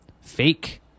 fake